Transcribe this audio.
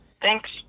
Thanks